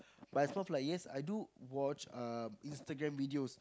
but it's more of like yes I do watch um Instagram videos